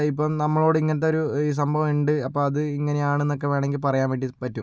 ഇപ്പം നമ്മളോട് ഇങ്ങനത്തെ ഒരു സംഭവം ഉണ്ട് അപ്പോൾ അത് ഇങ്ങനെയാണ് എന്നൊക്കെ വേണമെങ്കിൽ പറയാൻ വേണ്ടി പറ്റും